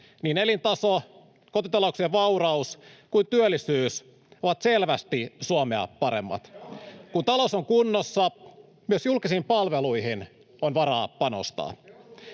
niin elintaso, kotitalouksien vauraus kuin työllisyys ovat selvästi Suomea paremmat. Kun talous on kunnossa, myös julkisiin palveluihin on varaa panostaa.